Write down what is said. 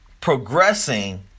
progressing